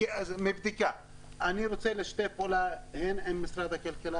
אני רוצה לשתף פעולה עם משרד הכלכלה